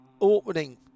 opening